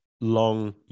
long